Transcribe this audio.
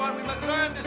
we must learn this